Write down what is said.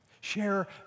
Share